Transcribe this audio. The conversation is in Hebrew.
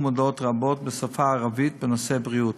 מודעות רבות בשפה הערבית בנושאי בריאות: